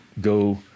go